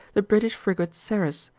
the british frigate ceres,